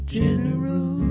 general